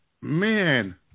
man